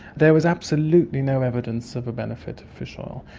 there was absolutely no evidence of a benefit of fish oil.